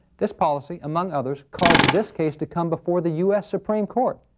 this policy, among others, caused this case to come before the u s. supreme court.